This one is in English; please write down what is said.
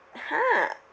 !huh!